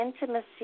intimacy